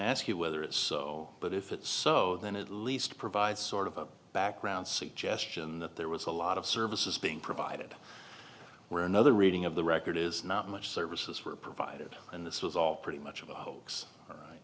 ask you whether it's so but if it's so then at least provide sort of a background suggestion that there was a lot of services being provided where another reading of the record is not much services were provided and this was all pretty much of a hoax